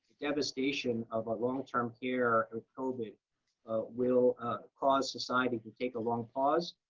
devastation of ah long-term care with covid will cause society to take a long pause.